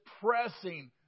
pressing